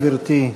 גברתי.